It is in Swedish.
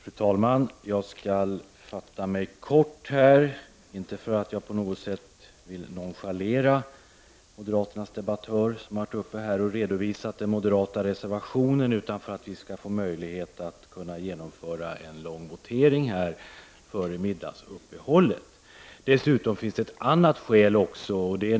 Fru talman! Jag skall fatta mig kort. Det är inte för att jag på något sätt vill nonchalera moderaternas debattör som har varit uppe i talarstolen och redovisat den moderata reservationen, utan det är för att vi skall få möjlighet att genomföra en lång votering före middagsuppehållet. Det finns dessutom ett annat skäl.